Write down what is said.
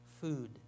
food